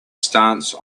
stance